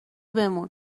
بمون